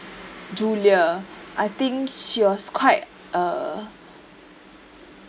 julia I think she was quite uh